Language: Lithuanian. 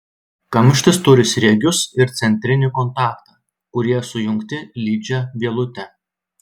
kamštis turi sriegius ir centrinį kontaktą kurie sujungti lydžia vielute